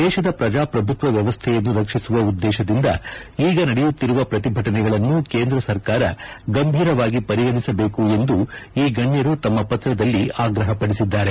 ದೇಶದ ಪ್ರಜಾಪ್ರಭುತ್ವ ವ್ಯವಸ್ಥೆಯನ್ನು ರಕ್ಷಿಸುವ ಉದ್ದೇಶದಿಂದ ಈಗ ನಡೆಯುತ್ತಿರುವ ಪ್ರತಿಭಟನೆಗಳನ್ನು ಕೇಂದ್ರ ಸರ್ಕಾರ ಗಂಭೀರವಾಗಿ ಪರಿಗಣಿಸಬೇಕು ಎಂದು ಈ ಗಣ್ಯರು ತಮ್ಮ ಪತ್ರದಲ್ಲಿ ಆಗ್ರಹ ಪಡಿಸಿದ್ದಾರೆ